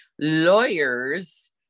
lawyers